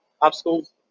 obstacles